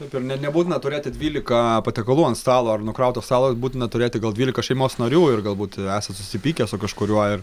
taip ir ne nebūtina turėti dvylika patiekalų ant stalo ar nukrauto stalo būtina turėti gal dvylika šeimos narių ir galbūt esat susipykę su kažkuriuo